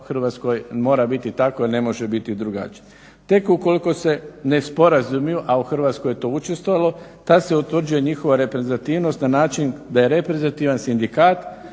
Hrvatskoj mora biti tako i ne može biti drugačije. Tek ukoliko se ne sporazumiju, a u Hrvatskoj je to učestalo, tad se utvrđuje njihova reprezentativnost na način da je reprezentativan sindikat